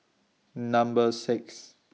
Number six